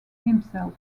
himself